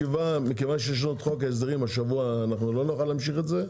מכיוון שיש לנו חוק ההסדרים השבוע לא נוכל להמשיך את זה.